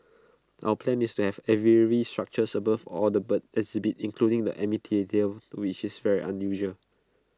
our plan is to have aviary structures above all the bird exhibits including the amphitheatre which is very unusual